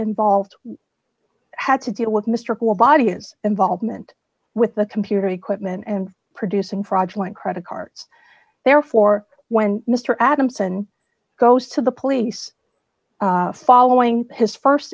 involved had to deal with mr korb audience involvement with the computer equipment and producing fraudulent credit cards therefore when mr adamson goes to the police following his